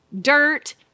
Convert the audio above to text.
dirt